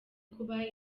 kuba